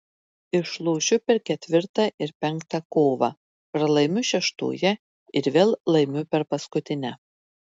išlošiu per ketvirtą ir penktą kovą pralaimiu šeštoje ir vėl laimiu per paskutinę